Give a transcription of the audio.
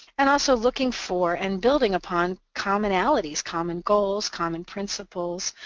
and also looking for and building upon commonalities, common goals, common principles,